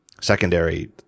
secondary